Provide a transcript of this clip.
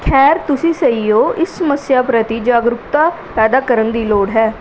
ਖੈਰ ਤੁਸੀਂ ਸਹੀ ਹੋ ਇਸ ਸਮੱਸਿਆ ਪ੍ਰਤੀ ਜਾਗਰੂਕਤਾ ਪੈਦਾ ਕਰਨ ਦੀ ਲੋੜ ਹੈ